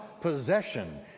possession